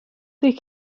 they